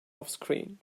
offscreen